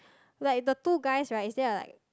like the two guys right is there like